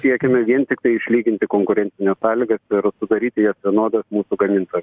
siekiame vien tiktai išlyginti konkurencines sąlygas ir sudaryti jas vienodas mūsų gamintojam